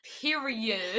period